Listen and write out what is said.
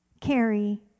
carry